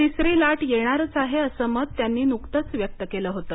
तिसरी लाट येणारच आहेअसं मत त्यांनी नुकतंच व्यक्त केलं होतं